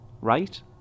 right